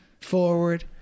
forward